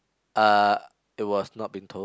uh it was not being told